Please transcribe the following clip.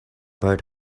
bird